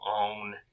own